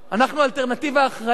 אנחנו אלטרנטיבה אחראית,